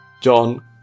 John